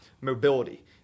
mobility